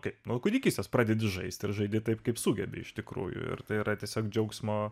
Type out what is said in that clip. kai nuo kūdikystės pradedi žaisti ar žaidi taip kaip sugebi iš tikrųjų ir tai yra tiesiog džiaugsmo